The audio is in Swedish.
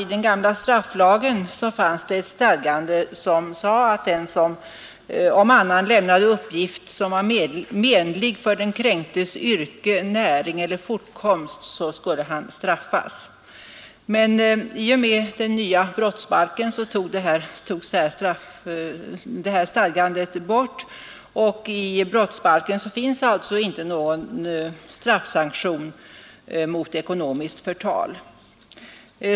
I den gamla strafflagen fanns ett stadgande, som sade att den som om annan lämnade uppgift som var menlig för den kränktes yrke, näring eller fortkomst skulle straffas. I och med nya brottsbalkens tillkomst togs detta stadgande bort. I brottsbalken finns alltså inte någon straffsanktion mot ekonomiskt förtal.